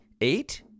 eight